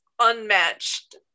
unmatched